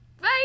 Bye